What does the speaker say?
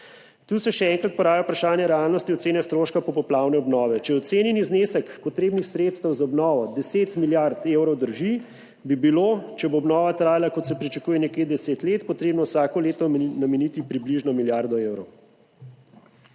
Tu se še enkrat poraja vprašanje realnosti ocene stroškov popoplavne obnove. Če je ocenjeni znesek potrebnih sredstev za obnovo 10 milijard evrov drži, bi bilo, če bo obnova trajala, kot se pričakuje, nekje 10 let, potrebno vsako leto nameniti približno milijardo evrov.